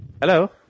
Hello